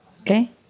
okay